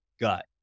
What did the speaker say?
gut